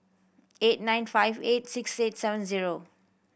eight nine five eight six eight seven zero